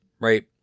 right